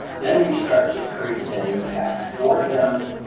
then we start to create that impact for them.